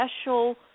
special